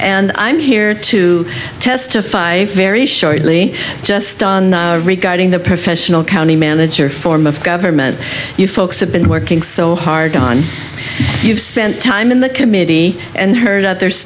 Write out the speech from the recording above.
and i'm here to testify very shortly just on regarding the professional county manager form of government you folks have been working so hard on you've spent time in the committee and h